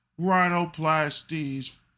Rhinoplasties